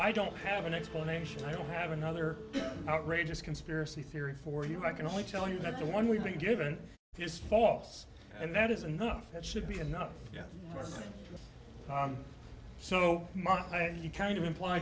i don't have an explanation i don't have another outrageous conspiracy theory for you but i can only tell you that the one we've been given is false and that is enough that should be enough so you kind of imply